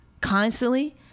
Constantly